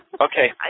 Okay